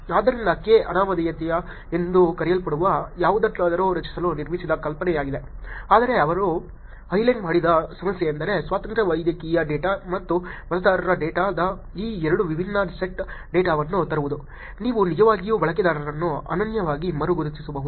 ಆದ್ದರಿಂದ ಕೆ ಅನಾಮಧೇಯತೆ ಎಂದು ಕರೆಯಲ್ಪಡುವ ಯಾವುದನ್ನಾದರೂ ರಚಿಸಲು ನಿರ್ಮಿಸಿದ ಕಲ್ಪನೆಯಾಗಿದೆ ಆದರೆ ಅವಳು ಹೈಲೈಟ್ ಮಾಡಿದ ಸಮಸ್ಯೆಯೆಂದರೆ ಸ್ವತಂತ್ರ ವೈದ್ಯಕೀಯ ಡೇಟಾ ಮತ್ತು ಮತದಾರರ ಡೇಟಾದ ಈ ಎರಡು ವಿಭಿನ್ನ ಸೆಟ್ ಡೇಟಾವನ್ನು ತರುವುದು ನೀವು ನಿಜವಾಗಿಯೂ ಬಳಕೆದಾರರನ್ನು ಅನನ್ಯವಾಗಿ ಮರು ಗುರುತಿಸಬಹುದು